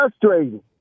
frustrating